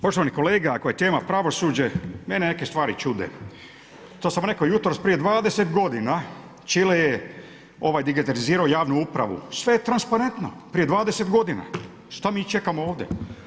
Poštovani kolega, ako je tema pravosuđe, mene neke stvari čude, to sam rekao jutros, prije 20 g. Čile je digitalizirao javnu upravu, sve je transparentno, prije 20 g., šta mi čekamo ovdje?